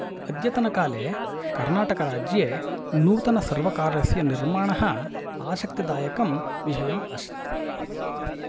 अद्यतनकाले कर्नाटकराज्ये नूतनसर्वकारस्य निर्माणः आसक्तिदायकं विषयम् अस्ति